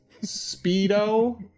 Speedo